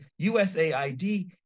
USAID